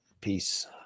peace